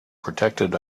protected